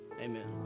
Amen